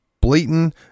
blatant